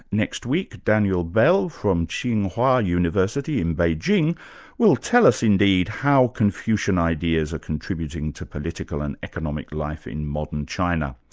next week, daniel bell from tsinghua university in beijing will tell us indeed how confucian ideas are contributing to political and economic life in modern china.